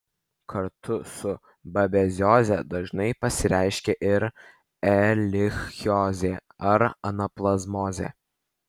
kartu su babezioze dažnai pasireiškia ir erlichiozė ar anaplazmozė